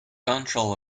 control